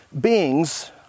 beings